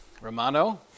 Romano